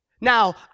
Now